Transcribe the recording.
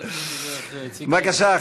בבקשה,